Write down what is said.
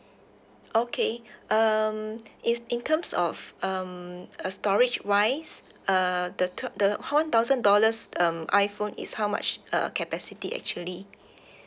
okay um it's in terms of um a storage wise uh the the one thousand dollars um iphone is how much uh capacity actually